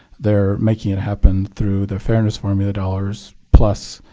they're making it happen through their fairness formula dollars plus